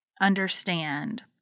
understand